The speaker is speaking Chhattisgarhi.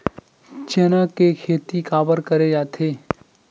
चना के खेती काबर करे जाथे?